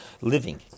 living